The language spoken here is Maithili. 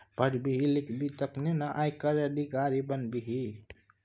पढ़बिही लिखबिही तखने न आयकर अधिकारी बनबिही